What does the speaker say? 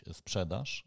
sprzedaż